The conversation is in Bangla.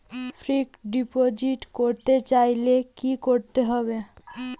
ফিক্সডডিপোজিট করতে চাইলে কি করতে হবে?